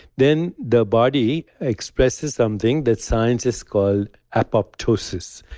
then the body expresses something that scientists called apoptosis.